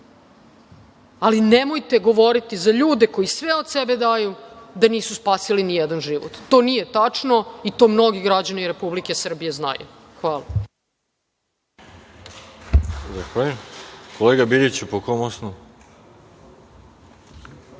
Ali, nemojte govoriti za ljude koji sve od sebe daju da nisu spasili ni jedan život. To nije tačno i to mnogi građani Republike Srbije znaju. Hvala.